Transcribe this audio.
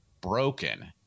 broken